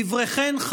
דבריכן,